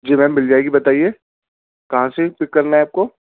جی ma'am مِل جائے گی بتائیے کہاں سے پک کرنا ہے آپ کو